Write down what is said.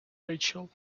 rachel